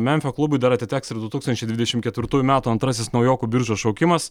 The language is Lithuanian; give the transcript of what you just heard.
memfio klubui dar atiteks ir du tūkstančiai dvidešimt ketvirtųjų metų antrasis naujokų biržos šaukimas